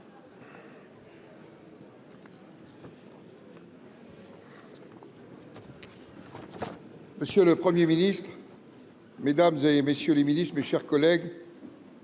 Monsieur le Premier ministre, mesdames, messieurs les ministres, mes chers collègues,